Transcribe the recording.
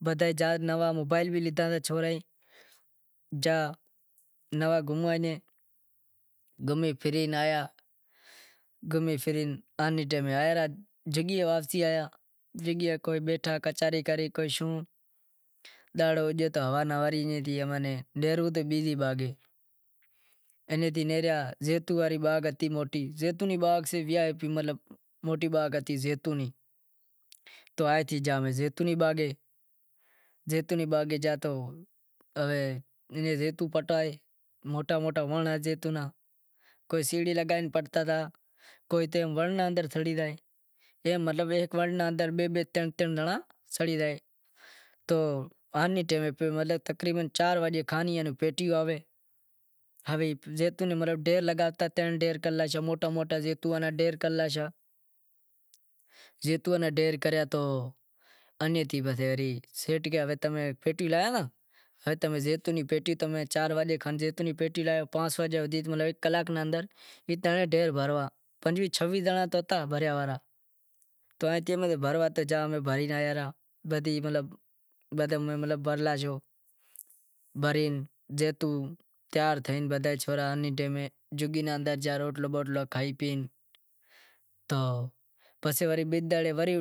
انیں تقریبن ہوارے ڈاہ وگے کھن امیں حیدرآباد رے شہر میں پوہتی گیاسے حیدرآباد پوہتیا انے تھی نیہریا وری پلے آیا نوے پلے تھیں رشکو کریو ڈاریک امیں بدین چوک اوتاریا امیں کہیو شو شو روپیا کرایو لیؤئیس چھت ماتھے بیہو میں کہیو اتلی مہانگائی بھی نتھی شو شو روپیا کرایو لئے ریا سہ تو کہے سو سو روپیا کرایو لاگشے تماری مرضی سے میں کہیو سو سو روپیا نہیں اسی اسی روپیا کرایو ڈیساں انیں نیہریہا ٹنڈو الہیار آیا ٹنڈو الہیار سیں پسے آیا میرپور آیا اڈے انیں سیڑے سبزی منڈی اسپتال اوتریا پسے الوداع لیدہی کوئی میرپورخاص روں ہتو کوئی شیخ روں مہتو کوئی کاک بنگلاں روں ہتو انیں کوئی فولہڈیوں روں ہتو کوئی پرانڑی میرپور ناں ای بدہاں پانجے گھراں زانونڑ لگا، ڈوکھ بھی تھے کال بھیڑا ہتا آز وچھڑی